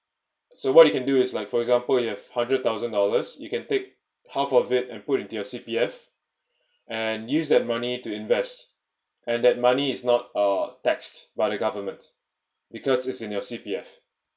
so what you can do is like for example you have hundred thousand dollars you can take half of it and put into your C_P_F and use that money to invest and that money is not uh taxed by the government because it's in your C_P_F